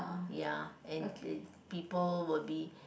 ya and the people will be